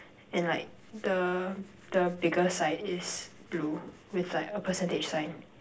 and like the the bigger side is blue with like a percentage sign